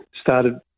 started